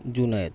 Junaid